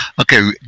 Okay